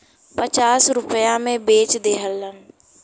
पचास रुपइया मे बेच देहलन